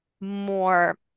more